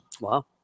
Wow